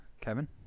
Kevin